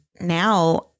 now